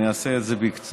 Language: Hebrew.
אני אעשה את זה בקצרה.